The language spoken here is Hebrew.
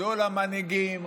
גדול המנהיגים,